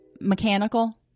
mechanical